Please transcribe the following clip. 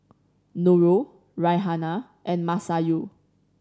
Nurul Raihana and Masayu